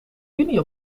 juni